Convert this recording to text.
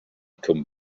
come